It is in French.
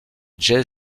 jay